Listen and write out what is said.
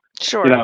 Sure